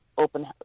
open